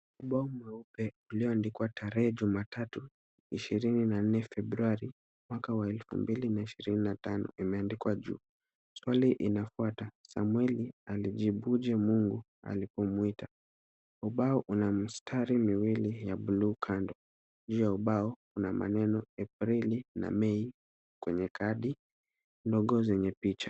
Ubao mweupe ulioandikwa tarehe Jumatatu ishirini na nne Februari mwaka wa elfu mbili na ishirini na tano imeandikwa juu .Swali inafuata Samueli alijibuje Mungu alipomwita? Ubao una mstari miwili ya bluu kando . Juu ya ubao kuna maneno Aprili na Mei kwenye kadi ndogo zenye picha.